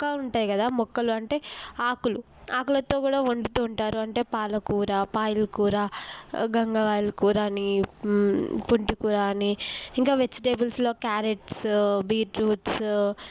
మొక్క ఉంటాయి కదా మొక్కలు అంటే ఆకులు ఆకులతో కూడా వండుతుంటారు అంటే పాలకూర పాయల కూర గంగ ఆయిల్ కూర అని పొంటి కూర అని ఇంకా వెజిటేబుల్స్లొ క్యారెట్స్ బీట్రూట్స్